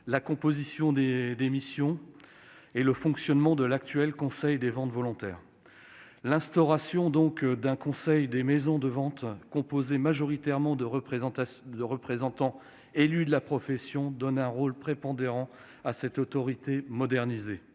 la composition, les missions et le fonctionnement de l'actuel Conseil des ventes volontaires. L'instauration d'un Conseil des maisons de vente composé majoritairement de représentants élus de la profession donne un rôle prépondérant à cette autorité modernisée,